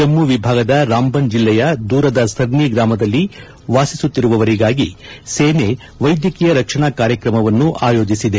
ಜಮ್ಮು ವಿಭಾಗದ ರಾಂಬನ್ ಜಿಲ್ಲೆಯ ದೂರದ ಸರ್ನಿ ಗ್ರಾಮದಲ್ಲಿ ವಾಸಿಸುತ್ತಿರುವವರಿಗಾಗಿ ಸೇನೆ ವೈದ್ಯಕೀಯ ರಕ್ಷಣಾ ಕಾರ್ಯಕ್ರಮವನ್ನು ಆಯೋಜಿಸಲಾಗಿದೆ